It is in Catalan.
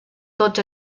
tots